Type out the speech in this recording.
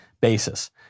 basis